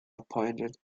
appointed